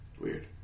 Weird